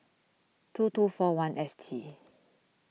two two four one S T